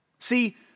See